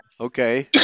Okay